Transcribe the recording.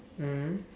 mm